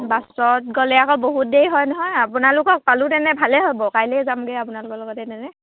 বাছত গ'লে আকৌ বহুত দেৰি হয় নহয় আপোনালোকক পালোঁ তেনে ভালেই হ'ব কাইলৈ যামগৈ আপোনালোকৰ লগতে তেনে